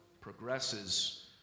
progresses